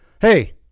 Hey